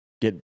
get